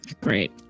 Great